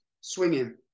swinging